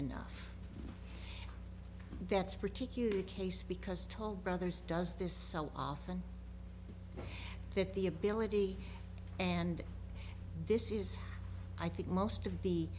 enough that's particularly case because toll brothers does this so often that the ability and this is i think most of the